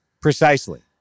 Precisely